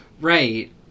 Right